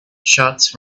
shots